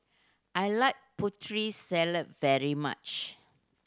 I like Putri Salad very much